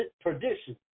perdition